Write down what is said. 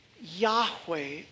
Yahweh